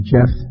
Jeff